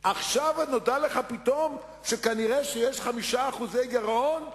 עכשיו נודע לך פתאום שכנראה יש 5% גירעון?